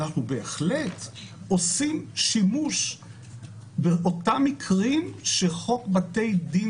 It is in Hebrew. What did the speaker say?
אנחנו בהחלט עושים שימוש באותם מקרים שחוק בתי דין